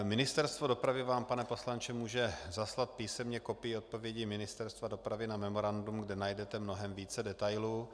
Ministerstvo dopravy vám, pane poslanče, může zaslat písemně kopii odpovědi Ministerstva dopravy na memorandum, kde najdete mnohem více detailů.